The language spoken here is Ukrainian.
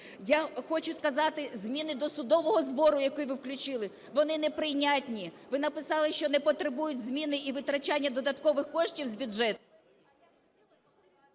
Я хочу сказати, зміни до судового збору, який ви включили, вони неприйнятні. Ви написали, що не потребують зміни і витрачання додаткових коштів з бюджету…